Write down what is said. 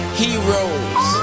heroes